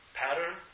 pattern